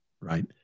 right